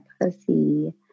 pussy